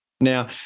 Now